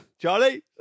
Charlie